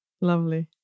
Lovely